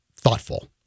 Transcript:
thoughtful